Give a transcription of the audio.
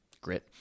grit